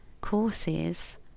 courses